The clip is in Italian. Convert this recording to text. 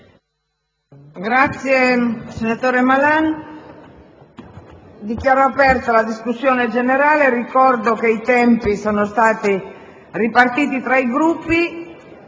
finestra"). Dichiaro aperta la discussione generale. Ricordo che i tempi sono stati ripartiti tra i Gruppi.